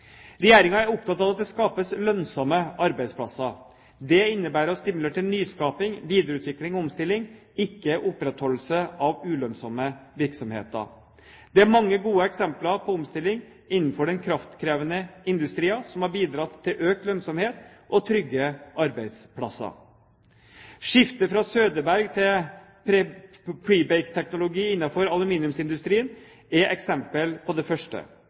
er opptatt av at det skapes lønnsomme arbeidsplasser. Det innebærer å stimulere til nyskaping, videreutvikling og omstilling, ikke til opprettholdelse av ulønnsomme virksomheter. Det er mange gode eksempler på omstilling innenfor den kraftkrevende industrien som har bidratt til økt lønnsomhet og trygge arbeidsplasser. Skiftet fra Søderberg- til «prebake»-teknologi innenfor aluminiumsindustrien er eksempel på det første.